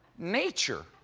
nature,